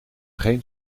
geen